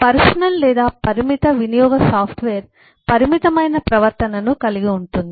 personal లేదా పరిమిత వినియోగ సాఫ్ట్వేర్ పరిమితమైన ప్రవర్తనను కలిగి ఉంటుంది